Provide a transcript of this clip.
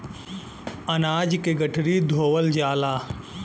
अनाज के गठरी धोवल जाला